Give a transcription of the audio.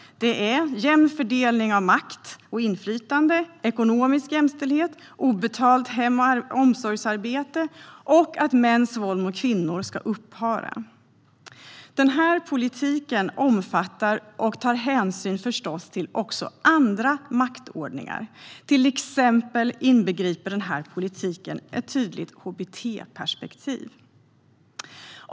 De gäller jämn fördelning av makt och inflytande ekonomisk jämställdhet obetalt hem och omsorgsarbete att mäns våld mot kvinnor ska upphöra. Denna politik omfattar förstås och tar hänsyn även till andra maktordningar. Till exempel inbegriper politiken ett tydligt hbt-perspektiv.